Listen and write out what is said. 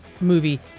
movie